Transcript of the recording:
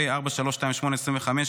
פ/4328/25,